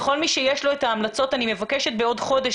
לכל מי שיש את ההמלצות - אני מבקשת בעוד חודש,